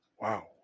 Wow